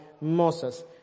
Moses